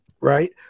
right